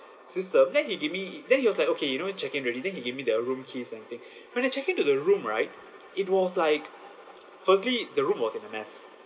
system then he give me then he was like okay you know check in already then he give me the room keys and thing when I check in to the room right it was like firstly the room was in a mess